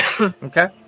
okay